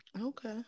Okay